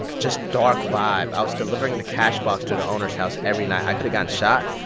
just dark vibe. i was delivering the cashbox to the owner's house every night. i could've gotten shot.